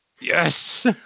Yes